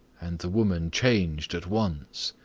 and the woman changed at once.